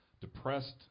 depressed